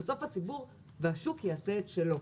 בסוף הציבור והשוק יעשה את שלו.